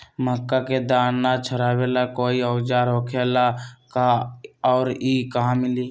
मक्का के दाना छोराबेला कोई औजार होखेला का और इ कहा मिली?